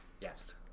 Yes